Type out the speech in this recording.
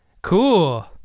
Cool